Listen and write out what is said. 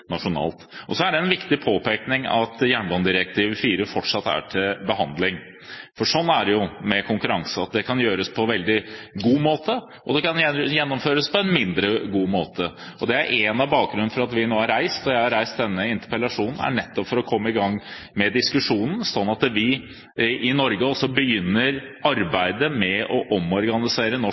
nasjonalt. Det er en viktig påpekning at jernbanedirektiv IV fortsatt er til behandling, for sånn er det jo med konkurranse, det kan gjøres på en veldig god måte, og det kan gjennomføres på en mindre god måte. Noe av bakgrunnen for at jeg nå har reist denne interpellasjonen, er nettopp for å komme i gang med diskusjonen, sånn at vi i Norge også kan begynne arbeidet med å omorganisere norsk